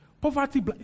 Poverty